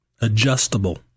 adjustable